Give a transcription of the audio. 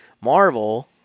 Marvel